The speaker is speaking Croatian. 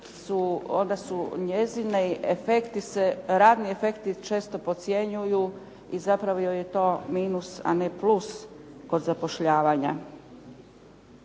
onda su njezini radni efekti često podcjenjuju i zapravo joj je to minus, a ne plus kod zapošljavanja.